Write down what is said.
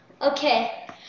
Okay